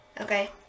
Okay